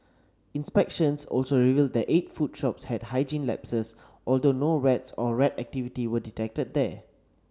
inspections also revealed that eight food shops had hygiene lapses although no rats or rat activity were detected there